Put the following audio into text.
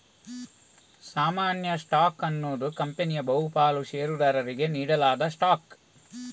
ಸಾಮಾನ್ಯ ಸ್ಟಾಕ್ ಅನ್ನುದು ಕಂಪನಿಯ ಬಹು ಪಾಲು ಷೇರುದಾರರಿಗೆ ನೀಡಲಾದ ಸ್ಟಾಕ್